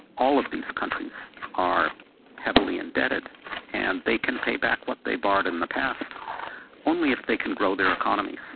all of these countries are heavily indebted and they can pay back what they borrowed in the past only if they can grow their economies.